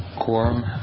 quorum